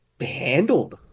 handled